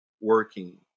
working